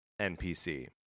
NPC